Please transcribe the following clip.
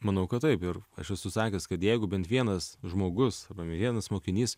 manau kad taip ir aš esu sakęs kad jeigu bent vienas žmogus vienas mokinys